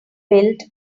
built